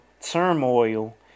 turmoil